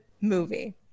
movie